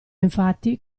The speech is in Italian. infatti